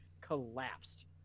collapsed